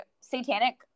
satanic